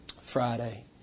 Friday